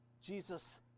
Jesus